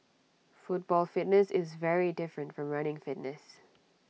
football fitness is very different from running fitness